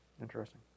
interesting